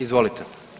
Izvolite.